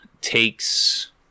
takes